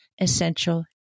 Essential